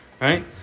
right